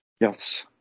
Yes